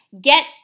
get